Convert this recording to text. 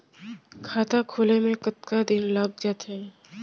खाता खुले में कतका दिन लग जथे?